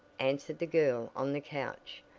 answered the girl on the couch,